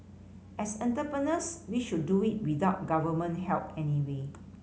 as entrepreneurs we should do it without Government help anyway